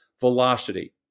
velocity